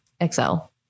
Excel